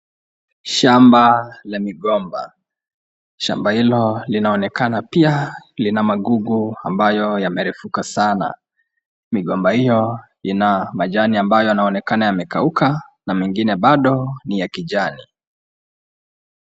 Shamba la migomba, shamba hilo linaonekana pia lina magugu ambayo yamerefuka sana. Migomba hiyo ina majani ambayo yanaonekana yamekauka na mengine bado ni ya kijani.